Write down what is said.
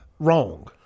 Wrong